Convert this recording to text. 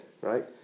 right